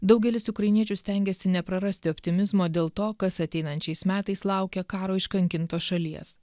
daugelis ukrainiečių stengiasi neprarasti optimizmo dėl to kas ateinančiais metais laukia karo iškankintos šalies